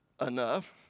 enough